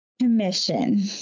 commission